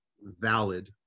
valid